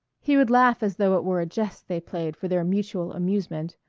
he would laugh as though it were a jest they played for their mutual amusement,